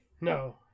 No